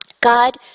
God